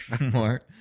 more